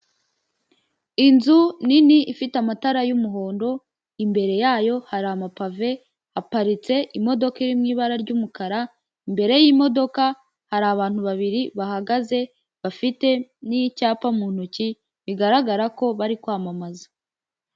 Inzu nini ifite amatara y'umuhondo, imbere yayo hari amapave, haparitse imodoka iri mu ibara ry'umukara, imbere y'imodoka hari abantu babiri bahagaze bafite n'icyapa mu ntoki, bigaragara ko bari kwamamaza.